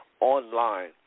online